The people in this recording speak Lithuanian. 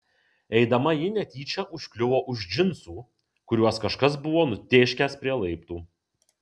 eidama ji netyčia užkliuvo už džinsų kuriuos kažkas buvo nutėškęs prie laiptų